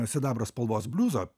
sidabro spalvos bliuzo